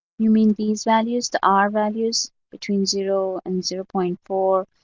you mean these values the r values between zero and zero point four?